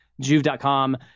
Juve.com